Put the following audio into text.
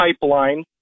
pipeline